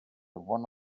one